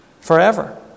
forever